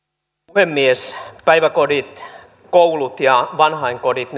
puhemies päiväkodit koulut ja vanhainkodit